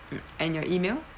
mm and your email